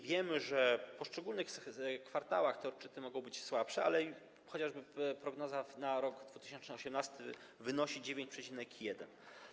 Wiemy, że w poszczególnych kwartałach te odczyty mogą być słabsze, ale chociażby prognoza na rok 2018 wynosi 9,1.